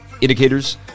indicators